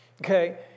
Okay